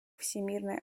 всемирной